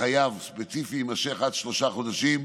לחייב ספציפי יימשך עד שלושה חודשים.